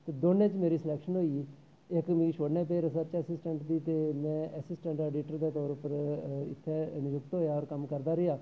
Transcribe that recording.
ते दोनें च मेरी सलेक्शन होई गेई एक्क मिगी छोड़ने पेआ एक्क मिगी छोड़नी पेई रिसर्च असिस्टेंट दी ते मैं असिस्टेंट एडिटर दे तौर उप्पर इत्थै नियुक्त होएया होर कम्म करदा रेहा